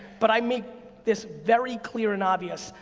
but i make this very clear and obvious.